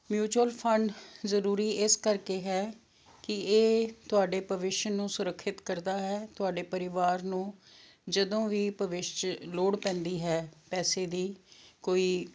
mutual fund ਜ਼ਰੂਰੀ ਇਸ ਕਰਕੇ ਹੈ ਕਿ ਇਹ ਤੁਹਾਡੇ ਭਵਿੱਖ ਨੂੰ ਸੁਰੱਖਿਅਤ ਕਰਦਾ ਹੈ ਤੁਹਾਡੇ ਪਰਿਵਾਰ ਨੂੰ ਜਦੋਂ ਵੀ ਭਵਿੱਖ 'ਚ ਲੋੜ ਪੈਂਦੀ ਹੈ ਪੈਸੇ ਦੀ ਕੋਈ